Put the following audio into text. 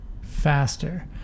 faster